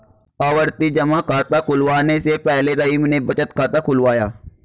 आवर्ती जमा खाता खुलवाने से पहले रहीम ने बचत खाता खुलवाया